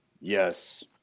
Yes